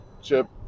chip